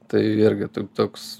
tai irgi toks